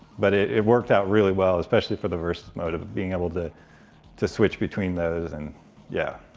but it worked out really well, especially for the versus mode of being able to to switch between those, and yeah.